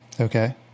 okay